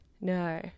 No